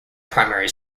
primary